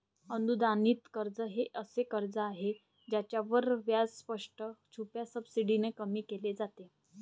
अनुदानित कर्ज हे असे कर्ज आहे ज्यावरील व्याज स्पष्ट, छुप्या सबसिडीने कमी केले जाते